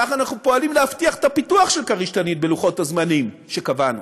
ככה אנחנו פועלים להבטיח את הפיתוח של "כריש-תנין" בלוחות הזמנים שקבעו,